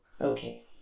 Okay